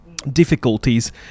difficulties